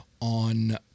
on